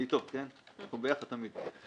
אני אתו, אנחנו ביחד תמיד.